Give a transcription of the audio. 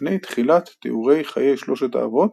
לפני תחילת תיאורי חיי שלושת האבות